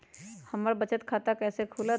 हमर बचत खाता कैसे खुलत?